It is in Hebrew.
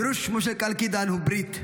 פירוש שמו של קאלקידן הוא ברית,